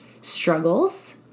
struggles